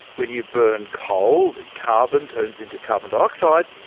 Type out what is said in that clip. when you burn coal, the carbon turns into carbon dioxide,